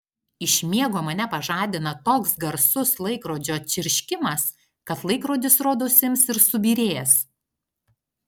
iš miego mane pažadina toks garsus laikrodžio čirškimas kad laikrodis rodos ims ir subyrės